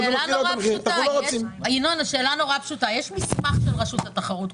יש מסמך של רשות התחרות.